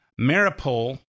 Maripol